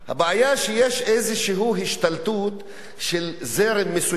הבעיה שיש איזו השתלטות של זרם מסוים.